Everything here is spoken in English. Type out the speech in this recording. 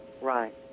Right